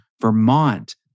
Vermont